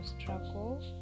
struggle